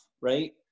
right